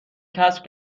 کسب